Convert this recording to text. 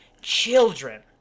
children